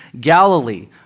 Galilee